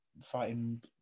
fighting